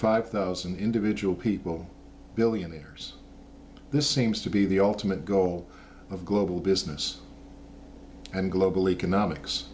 five thousand individual people billionaires this seems to be the ultimate goal of global business and global economics